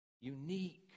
unique